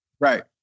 Right